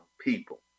people